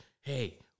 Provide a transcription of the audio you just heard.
Hey